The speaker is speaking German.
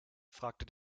fragte